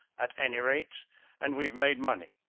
at any rate and we've made money.